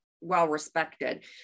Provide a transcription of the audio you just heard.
well-respected